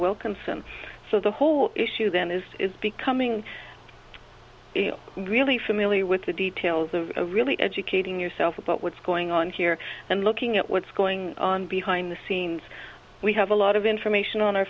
wilkinson so the whole issue then is becoming really familiar with the details of really educating yourself about what's going on here and looking at what's going on behind the scenes we have a lot of information on